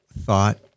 thought